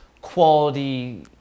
quality